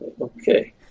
Okay